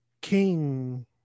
king